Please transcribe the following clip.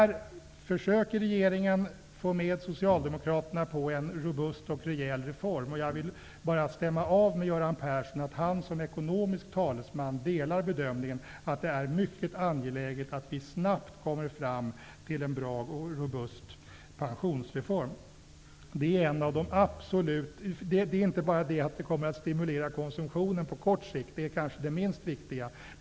Regeringen försöker få med socialdemokraterna på en robust och rejäl reform. Jag vill bara stämma av med Göran Persson att han som ekonomisk talesman delar bedömningen att det är mycket angeläget att vi snabbt kommer fram till en bra och robust pensionsreform. Det kommer inte bara att stimulera konsumtionen på kort sikt. Det är kanske det minst viktiga.